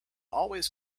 always